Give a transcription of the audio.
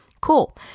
Cool